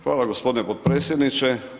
Hvala gospodine potpredsjedniče.